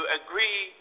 agree